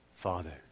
Father